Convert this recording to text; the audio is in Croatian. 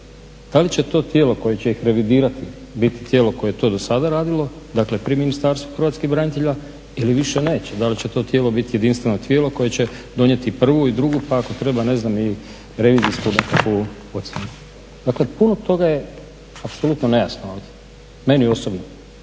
Da li će to tijelo koje će ih revidirati biti tijelo koje je to do sada radilo, dakle pri Ministarstvu Hrvatskih branitelja ili više neće, da li će to tijelo biti jedinstveno tijelo koje će donijeti prvu i drugu, pa ako treba ne znam i revizijsku nekakvu ocjenu. Dakle, puno toga je apsolutno nejasno ovdje meni osobno,